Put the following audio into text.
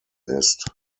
ist